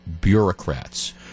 bureaucrats